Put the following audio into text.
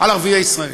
על ערביי ישראל.